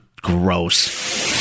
Gross